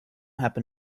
happen